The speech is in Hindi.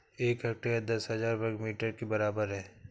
एक हेक्टेयर दस हजार वर्ग मीटर के बराबर है